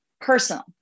Personal